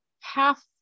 half